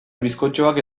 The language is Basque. bizkotxoak